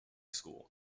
school